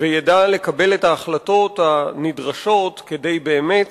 וידע לקבל את ההחלטות הנדרשות כדי באמת